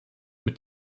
mit